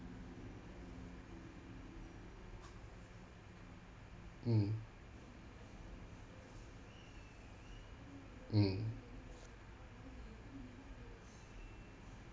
mm mm